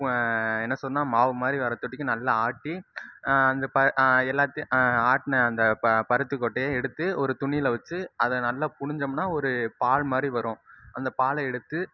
என்ன சொல்கிறேன்னா மாவு மாதிரி வரத்தொட்டிக்கும் நல்லா ஆட்டி அந்த எல்லாத்தையும் ஆட்டின அந்த பருத்திக்கொட்டையை எடுத்து ஒரு துணியில் வச்சு அதை நல்லா புழிஞ்சோம்னா ஒரு பால் மாதிரி வரும் அந்த பாலை எடுத்து